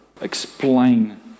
explain